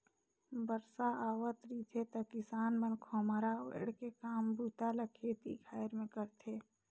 बरसा हावत रिथे त किसान मन खोम्हरा ओएढ़ के काम बूता ल खेती खाएर मे करथे